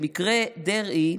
במקרה דרעי,